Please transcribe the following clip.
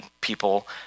people